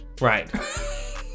Right